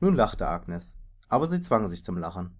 nun lachte agnes aber sie zwang sich zum lachen